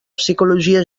psicologia